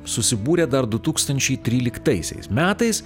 susibūrė dar du tūkstančiai tryliktaisiais metais